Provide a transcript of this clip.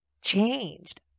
changed